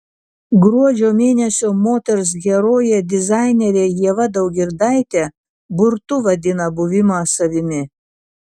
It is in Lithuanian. gruodžio mėnesio moters herojė dizainerė ieva daugirdaitė burtu vadina buvimą savimi